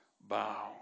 bow